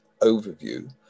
overview